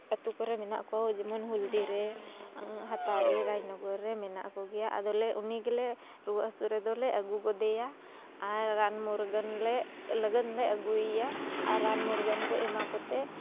ᱟᱛᱳ ᱠᱚᱨᱮ ᱢᱮᱱᱟᱜ ᱠᱚ ᱡᱮᱢᱚᱱ ᱦᱚᱞᱫᱤ ᱨᱮ ᱦᱟᱛᱟ ᱨᱮ ᱨᱟᱡᱽᱱᱚᱜᱚᱨ ᱨᱮ ᱢᱮᱱᱟᱜ ᱠᱚᱜᱮᱭᱟ ᱟᱫᱚᱞᱮ ᱩᱱᱤ ᱜᱮᱞᱮ ᱨᱩᱣᱟᱹᱜ ᱦᱟᱥᱩᱜ ᱨᱮᱫᱚᱞᱮ ᱟᱜᱩ ᱜᱚᱫᱮᱭᱟ ᱟᱨ ᱨᱟᱱ ᱢᱩᱨᱜᱟᱹᱱ ᱞᱮ ᱞᱟᱹᱜᱤᱫ ᱞᱮ ᱟᱜᱩᱭᱮᱭᱟ ᱟᱨ ᱨᱟᱱ ᱢᱩᱨᱜᱟᱹᱱ ᱠᱚ ᱮᱢᱟ ᱠᱚᱛᱮ